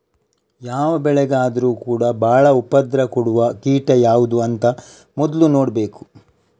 ಯಾವ ಬೆಳೆಗೆ ಆದ್ರೂ ಕೂಡಾ ಬಾಳ ಉಪದ್ರ ಕೊಡುವ ಕೀಟ ಯಾವ್ದು ಅಂತ ಮೊದ್ಲು ನೋಡ್ಬೇಕು